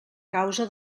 causa